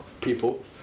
people